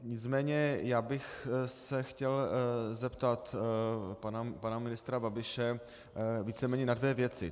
Nicméně bych se chtěl zeptat pana ministra Babiše víceméně na dvě věci.